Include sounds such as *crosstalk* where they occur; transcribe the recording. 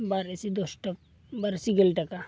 ᱵᱟᱨ ᱤᱥᱤ ᱫᱚᱥ *unintelligible* ᱵᱟᱨ ᱤᱥᱤ ᱜᱮᱞ ᱴᱟᱠᱟ